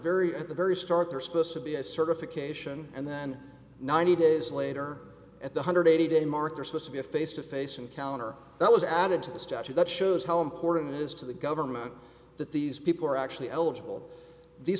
the very start they're supposed to be a certification and then ninety days later at the hundred eighty day mark are supposed to be a face to face encounter that was added to the statute that shows how important it is to the government that these people are actually eligible the